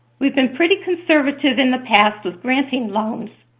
we've been pretty conservative in the past with granting loans.